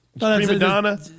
Madonna